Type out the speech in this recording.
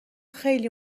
خیلی